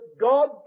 God